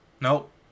nope